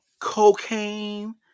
cocaine